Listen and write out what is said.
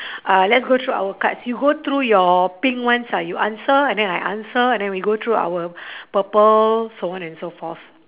uh let's go through our cards you go through your pink ones ah you answer and then I answer and then we go through our purple so on and so forth